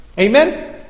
Amen